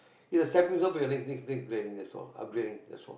is a stepping stone for your next next next grading that's all upgrading that's all